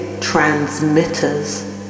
transmitters